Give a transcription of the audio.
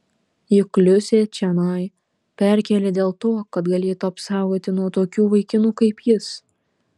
juk liusę čionai perkėlė dėl to kad galėtų apsaugoti nuo tokių vaikinų kaip jis